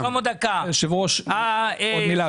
היושב ראש, עוד מילה.